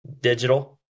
digital